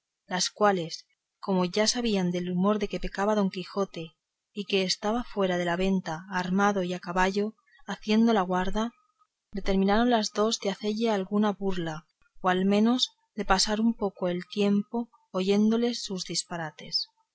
las cuales como ya sabían el humor de que pecaba don quijote y que estaba fuera de la venta armado y a caballo haciendo la guarda determinaron las dos de hacelle alguna burla o a lo menos de pasar un poco el tiempo oyéndole sus disparates